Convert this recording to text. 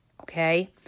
Okay